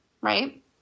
Right